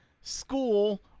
school